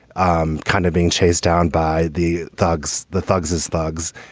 um kind of being chased down by the thugs, the thugs, his thugs